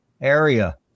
area